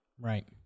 right